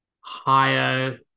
higher